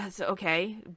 okay